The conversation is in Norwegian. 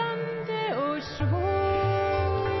det er å